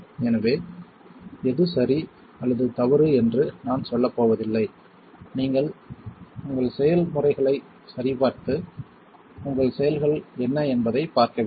எனவே எது சரி அல்லது தவறு என்று நான் சொல்லப் போவதில்லை நீங்கள் உங்கள் செயல்முறைகளைச் சரிபார்த்து உங்கள் செயல்கள் என்ன என்பதைப் பார்க்க வேண்டும்